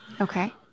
Okay